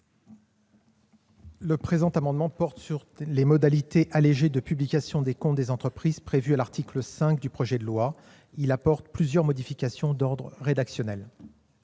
Cet amendement porte sur les modalités allégées de publication des comptes des entreprises prévues à l'article 5 du projet de loi. Il apporte plusieurs modifications d'ordre rédactionnel.